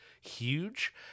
huge